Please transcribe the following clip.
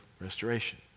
restoration